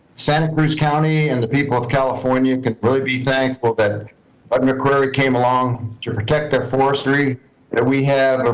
santa cruz county and the people of california could really be thankful that bud mccrary came along to protect our forestry that we have.